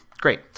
Great